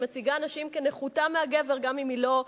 שמציגה אשה כנחותה מהגבר גם אם היא לא,